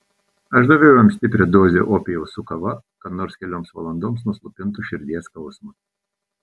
aš daviau jam stiprią dozę opijaus su kava kad nors kelioms valandoms nuslopintų širdies skausmą